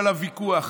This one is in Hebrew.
ויכוח.